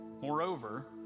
Moreover